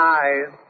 eyes